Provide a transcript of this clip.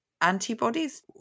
antibodies